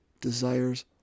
desires